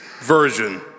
version